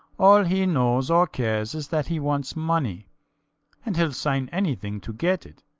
all he knows or cares is that he wants money and he'll sign anything to get it,